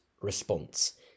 response